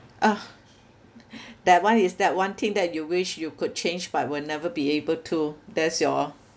ah that one is that one thing that you wish you could change but will never be able to that's your